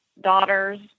daughters